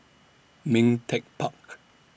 Ming Teck Park